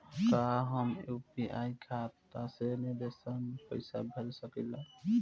का हम यू.पी.आई खाता से विदेश म पईसा भेज सकिला?